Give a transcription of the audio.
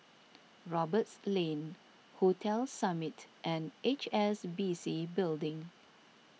Roberts Lane Hotel Summit and H S B C Building